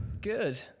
Good